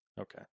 Okay